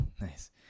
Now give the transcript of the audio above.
nice